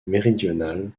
méridionale